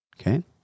Okay